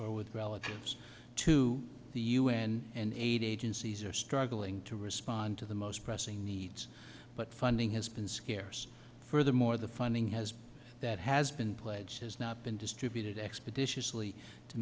or with relatives to the un and aid agencies are struggling to respond to the most pressing needs but funding has been scarce furthermore the funding has that has been pledged has not been distributed expeditious